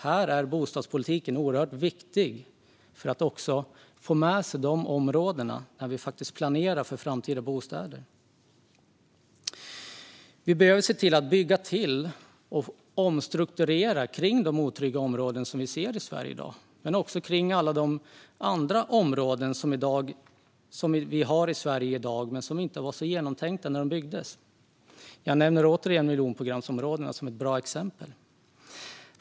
Här är bostadspolitiken oerhört viktig för att också få med sig dessa områden när vi planerar för framtida bostäder. Man behöver se till att bygga till och omstrukturera kring de otrygga områden som vi ser i Sverige i dag men också kring alla andra områden som vi har i Sverige i dag och som inte var så genomtänkta när de byggdes. Jag nämner återigen miljonprogramsområdena som ett bra exempel.